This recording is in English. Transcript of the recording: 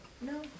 No